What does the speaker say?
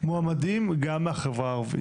מועמדים גם מהחברה הערבית,